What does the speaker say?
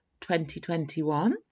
2021